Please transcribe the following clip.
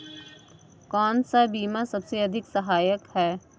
कौन सा बीमा सबसे अधिक सहायक है?